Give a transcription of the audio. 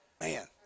Man